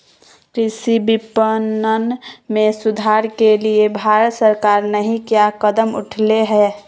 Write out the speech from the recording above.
कृषि विपणन में सुधार के लिए भारत सरकार नहीं क्या कदम उठैले हैय?